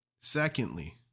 Secondly